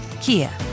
Kia